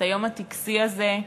את היום הטקסי הזה,